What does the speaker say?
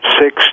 six